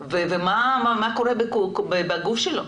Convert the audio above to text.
ומה קורה בגוף שלו,